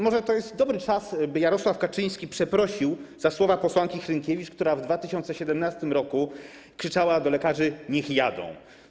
Może to jest dobry czas, by Jarosław Kaczyński przeprosił za słowa posłanki Hrynkiewicz, która w 2017 r. krzyczała do lekarzy: niech jadą.